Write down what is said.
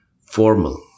formal